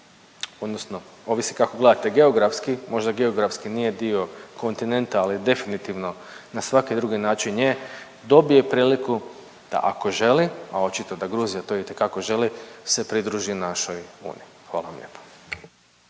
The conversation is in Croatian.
odnosno ovisi kako gledate geografski, možda geografski nije dio kontinenta, ali definitivno na svaki drugi način je, dobije priliku da ako želi, a očito da Gruzija to itekako želi se pridruži našoj Uniji. Hvala vam lijepo.